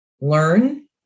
learn